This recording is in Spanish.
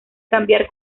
cambiar